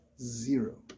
Zero